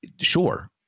Sure